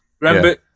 Remember